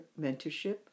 mentorship